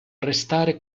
restare